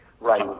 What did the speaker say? Right